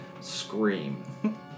scream